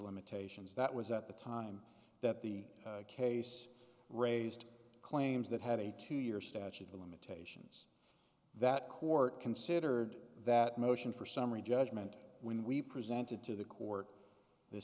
limitations that was at the time that the case raised claims that had a two year statute of limitations that court considered that motion for summary judgment when we presented to the court the